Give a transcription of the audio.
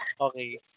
Okay